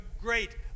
great